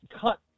cut